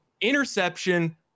interception